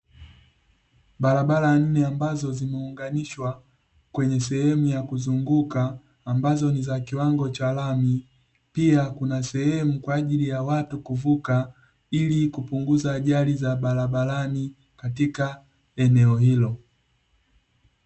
Barabara nne ambazo zimeunganishwa kwenye sehemu ya kuzunguka, ambazo ni za kiwango cha lami, pia kuna sehemu kwa ajili ya watu kuvuka ili kupunguza ajali za barabarani katika eneo hilo.